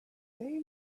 they